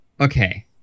okay